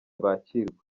bakirwa